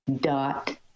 dot